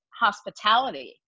hospitality